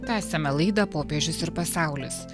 tęsiame laidą popiežius ir pasaulis